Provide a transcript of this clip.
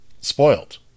spoiled